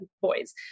boys